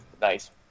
nice